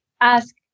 ask